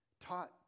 taught